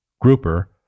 grouper